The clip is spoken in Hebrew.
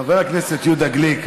חבר הכנסת יהודה גליק,